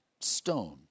stone